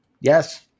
yes